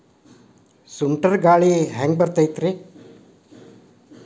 ಸುಂಟರ್ ಗಾಳಿ ಹ್ಯಾಂಗ್ ಬರ್ತೈತ್ರಿ?